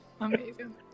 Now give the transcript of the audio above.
Amazing